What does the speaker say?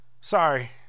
sorry